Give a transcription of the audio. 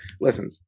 listen